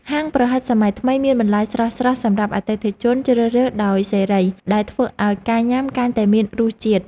ហាងប្រហិតសម័យថ្មីមានបន្លែស្រស់ៗសម្រាប់អតិថិជនជ្រើសរើសដោយសេរីដែលធ្វើឱ្យការញ៉ាំកាន់តែមានរសជាតិ។